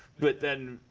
but then,